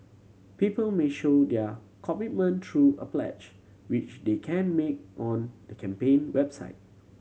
people may show their commitment through a pledge which they can make on the campaign website